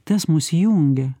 tas mus jungia